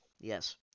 Yes